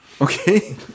okay